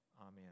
amen